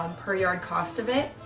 um per-yard cost of it.